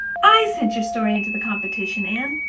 i sent your story into the competition, anne.